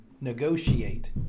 negotiate